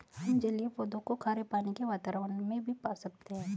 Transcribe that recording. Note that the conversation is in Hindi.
हम जलीय पौधों को खारे पानी के वातावरण में भी पा सकते हैं